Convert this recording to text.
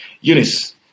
Eunice